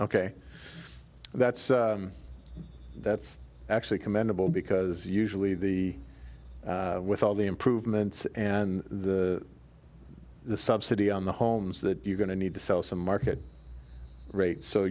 ok that's that's actually commendable because usually the with all the improvements and the subsidy on the homes that you're going to need to sell some market rate so